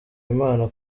imana